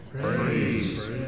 Praise